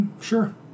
sure